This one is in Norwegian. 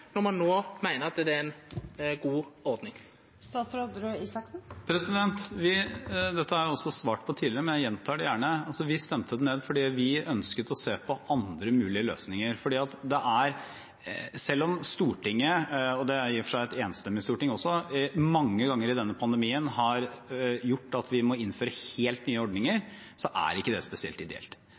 når ein no meiner det er ei god ordning? Dette har jeg også svart på tidligere, men jeg gjentar det gjerne: Vi stemte det ned fordi vi ønsket å se på andre mulige løsninger. Selv om Stortinget, og det er i og for seg også et enstemmig storting, mange ganger i denne pandemien har gjort slik at vi må innføre helt nye ordninger, er ikke det spesielt ideelt.